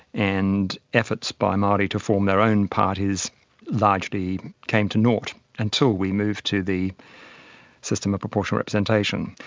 and efforts by maori to form their own parties largely came to nought until we moved to the system of proportional representation.